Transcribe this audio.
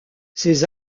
ces